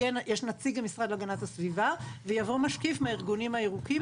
יש נציג למשרד להגנת הסביבה ויבוא משקיף מהארגונים הירוקים.